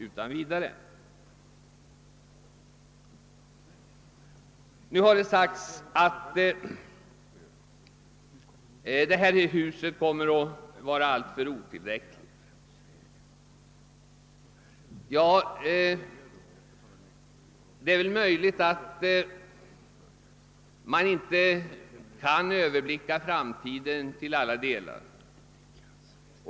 Man har sagt att det nuvarande riks dagshuset kommer att bli helt otillräckligt. Det är möjligt att vi inte kan överblicka framtiden till alla delar.